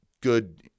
good